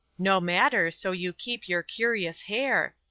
no matter, so you keep your curious hair.